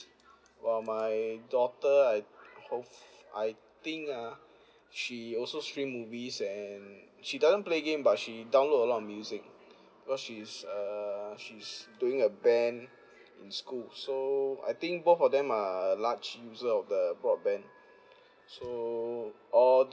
while my daughter I hopef~ I think ah she also stream movies and she doesn't play game but she download a lot of music because she's uh she's doing a band in school so I think both of them are large user of the broadband so or